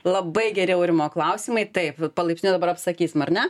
labai geri aurimo klausimai taip palaipsniui dabar apsakysim ar ne